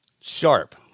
sharp